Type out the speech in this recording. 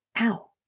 ow